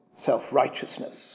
self-righteousness